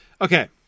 Okay